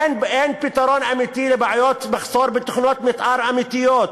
אין פתרון אמיתי לבעיות של מחסור בתוכניות מִתאר אמיתיות.